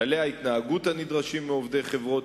ובו מפורטים כללי ההתנהגות הנדרשים מהעובדים בחברות